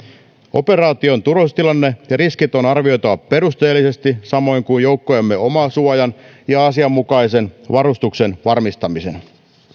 operaation turvallisuustilanne ja riskit on arvioitava perusteellisesti samoin kuin joukkojemme omasuojan ja asianmukaisen varustuksen varmistaminen